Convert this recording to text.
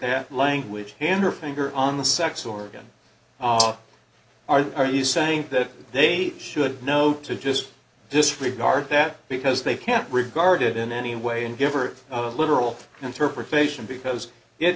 that language and her finger on the sex organ are are you saying that they should know to just disregard that because they can't regarded in any way and give or literal interpretation because it